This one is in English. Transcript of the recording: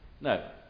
No